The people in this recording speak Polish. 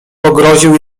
pogroził